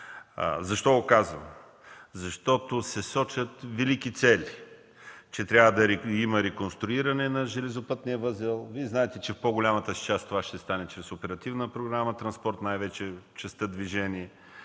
Защо го казвам? Защото се сочат велики цели, че трябва да имаме реконструиране на железопътния възел. Вие знаете, че в по-голямата си част това ще стане чрез Оперативна програма „Транспорт”, най-вече в частта „Движение”,